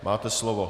Máte slovo.